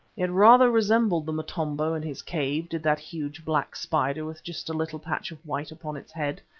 it rather resembled the motombo in his cave, did that huge, black spider with just a little patch of white upon its head,